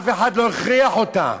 אף אחד לא הכריח אותה,